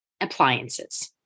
appliances